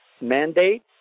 mandate